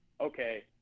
okay